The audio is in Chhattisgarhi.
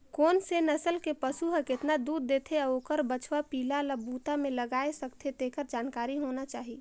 कोन से नसल के पसु हर केतना दूद देथे अउ ओखर बछवा पिला ल बूता में लगाय सकथें, तेखर जानकारी होना चाही